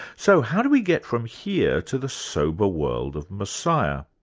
so how do we get from here to the sober world of messiah?